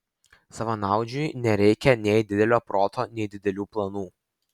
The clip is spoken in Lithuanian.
savanaudžiui nereikia nei didelio proto nei didelių planų